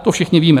To všichni víme.